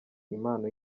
impano